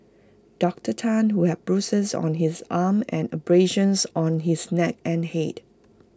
Doctor Tan who had bruises on his arm and abrasions on his neck and Head